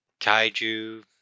kaiju